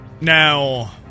Now